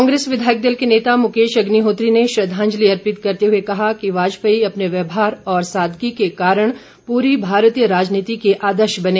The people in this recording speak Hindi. कांग्रेस विधायक दल के नेता मुकेश अग्निहोत्री ने श्रद्वांजलि अर्पित करते हुए कहा कि वाजपेयी अपने व्यवहार और सादगी के कारण प्ररी भारतीय राजनीति के आदर्श बने